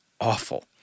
awful